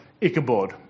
Ichabod